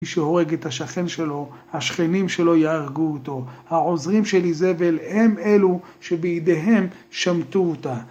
מי שהורג את השכן שלו, השכנים שלו יהרגו אותו. העוזרים של איזבל הם אלו שבידיהם שמטו אותה.